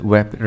Web